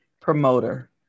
promoter